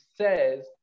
says